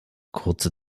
kurze